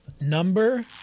number